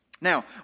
Now